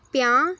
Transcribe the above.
पंजाह्